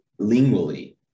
lingually